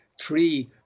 three